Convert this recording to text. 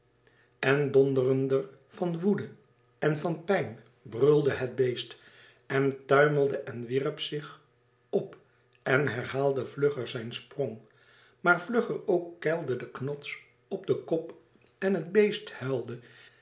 en donderender van woede en van pijn brulde het beest en tuimelde en wierp zich op en herhaalde vlugger zijn sprong maar vlugger ook keilde de knots op den kop en het beest huilde